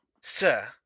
Sir